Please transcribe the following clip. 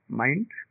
mind